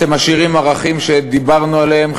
אתם משאירים בצד ערכים שדיברנו עליהם,